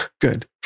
Good